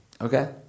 Okay